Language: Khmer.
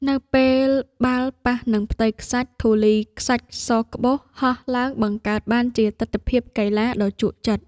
នៅពេលបាល់ប៉ះនឹងផ្ទៃខ្សាច់ ធូលីខ្សាច់សក្បុសហោះឡើងបង្កើតបានជាទិដ្ឋភាពកីឡាដ៏ជក់ចិត្ត។